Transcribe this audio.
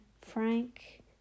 Frank